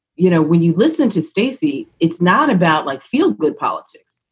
you know, when you listen to stacy, it's not about like feel good politics.